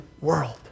world